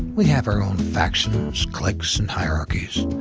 we have our own factions, cliques, and hierarchies.